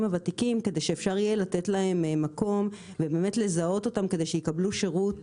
הוותיקים כדי שאפשר יהיה לתת להם מקום ולזהות אותם כדי שיקבלו שירות